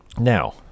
now